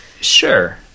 Sure